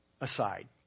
aside